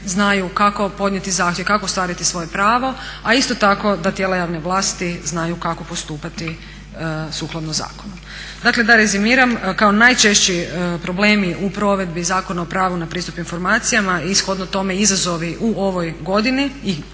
znaju kako podnijeti zahtjev, kako ostvariti svoje pravo a isto tako da tijela javne vlasti znaju kako postupati sukladno zakonu. Dakle da rezimiram, kao najčešći problemi u provedbi Zakona o pravu na pristup informacijama i shodno tome izazovi u ovoj godini i